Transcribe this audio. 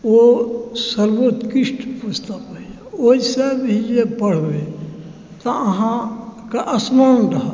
ओ सर्वोत्कृष्ट पुस्तक अइ ओहिसॅं जे पढ़बै तऽ अहाँकेॅं स्मरण रहत